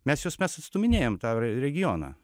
mes juos mes atstūminėjam tą regioną